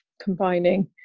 combining